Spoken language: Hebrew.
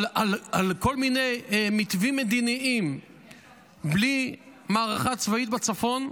-- על כל מיני מתווים מדיניים בלי מערכה צבאית בצפון,